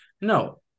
No